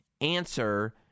answer